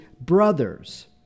brothers